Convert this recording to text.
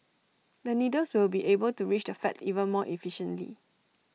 the needles will be able to reach the fat even more efficiently